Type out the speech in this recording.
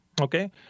okay